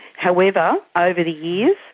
however, over the years,